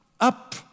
up